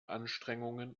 anstrengungen